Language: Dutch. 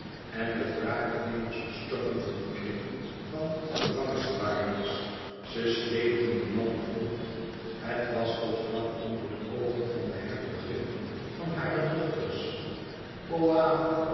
en de wraaknemers bestormden dien kring van gevangenbewaarders ze sleepten den man voort het was tot vlak onder de oogen van de hertogin van hare dochters